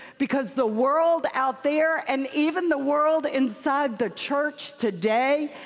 because the world out there, and even the world inside the church today,